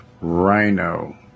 rhino